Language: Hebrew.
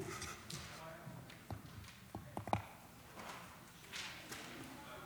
אדוני היושב-ראש, שבעה